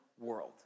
World